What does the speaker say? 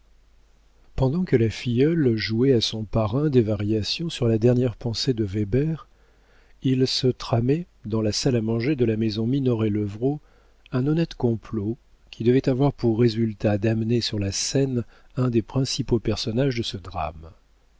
pendant que la filleule jouait à son parrain des variations sur la dernière pensée de weber il se tramait dans la salle à manger de la maison minoret levrault un honnête complot qui devait avoir pour résultat d'amener sur la scène un des principaux personnages de ce drame